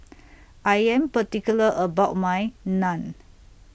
I Am particular about My Naan